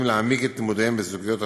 להעמיק את לימודיהם בסוגיות השואה,